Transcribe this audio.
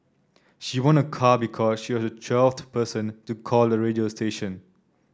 she won a car because she was the twelfth person to call the radio station